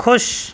खु़शि